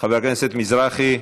חבר הכנסת מזרחי,